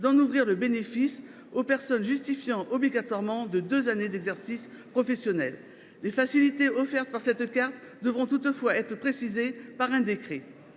d’en ouvrir le bénéfice aux personnes justifiant obligatoirement de deux années d’exercice professionnel. Les facilités offertes par cette carte devront toutefois être précisées par un décret.